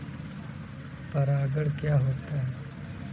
परागण क्या होता है?